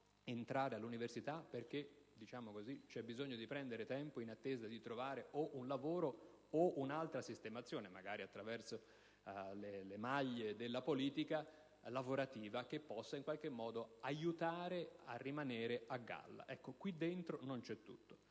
entrare nell'università perché c'è bisogno di prendere tempo in attesa di trovare o un lavoro o un'altra sistemazione lavorativa - magari attraverso le maglie della politica - che possa in qualche modo aiutare a rimanere a galla. Qui dentro non c'è tutto